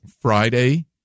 Friday